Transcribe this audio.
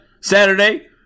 Saturday